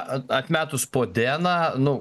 a atmetus podėną nu